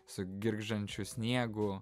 su girgždančiu sniegu